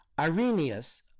Irenaeus